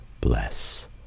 bless